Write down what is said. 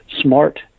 smart